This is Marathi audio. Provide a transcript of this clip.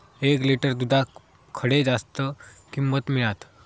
एक लिटर दूधाक खडे जास्त किंमत मिळात?